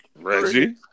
Reggie